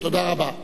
תודה רבה.